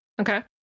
Okay